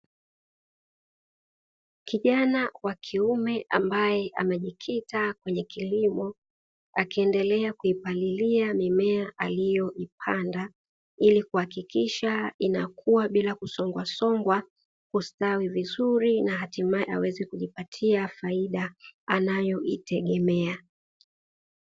Kijana wa kiume ambaye amejikita kwenye kilimo, akiendelea kuipalilia mimea aliyoipanda ili kuhakikisha inakua bila kusongwasongwa, kustawi vizuri na hatimaye aweze kujipatia faida anayoitegemea.